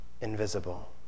invisible